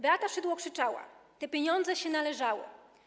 Beata Szydło krzyczała: Te pieniądze się należały.